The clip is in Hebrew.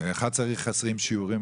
אחד צריך 20 שיעורים,